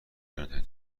گرونترین